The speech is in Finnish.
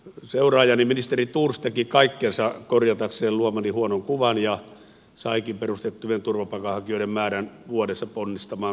seuraajani ministeri thors teki kaikkensa korjatakseen luomani huonon kuvan ja saikin perusteettomien turvapaikanhakijoiden määrän vuodessa ponnistamaan kaksinkertaiseksi